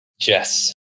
Jess